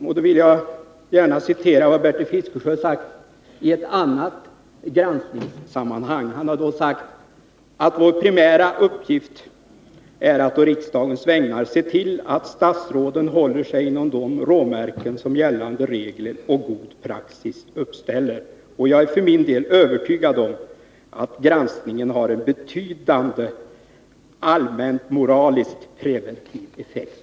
Jag vill gärna återge vad Bertil Fiskesjö har sagt i ett annat granskningssammanhang. Han sade bl.a.: Vår primära uppgift är att på riksdagens vägnar se till att statsråden håller sig inom de råmärken som gällande regler och god praxis uppställer, och jag är för min del övertygad om att granskningen har en betydande allmänmoralisk preventiv effekt.